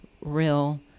real